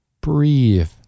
Breathe